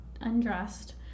undressed